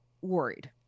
worried